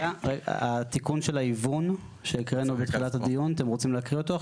ההתנגדות התקבלה בחלקה או